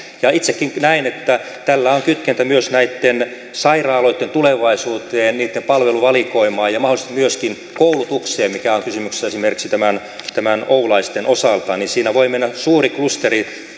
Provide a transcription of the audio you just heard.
itsekin näen että tällä on kytkentä myös näitten sairaaloitten tulevaisuuteen ja niitten palveluvalikoimaan ja mahdollisesti myöskin koulutukseen mikä on kysymyksessä esimerkiksi tämän tämän oulaisten osalta siinä voi mennä suuri klusteri